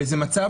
וזה מצב